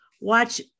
watch